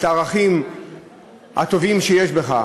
את הערכים הטובים שיש בך.